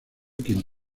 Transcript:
quien